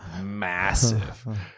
massive